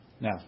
Now